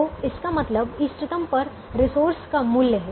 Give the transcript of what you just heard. तो इसका मतलब इष्टतम पर रिसोर्स का मूल्य है